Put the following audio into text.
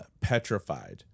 petrified